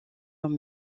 long